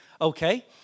Okay